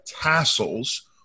tassels